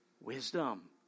wisdom